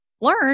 learn